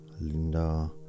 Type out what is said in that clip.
Linda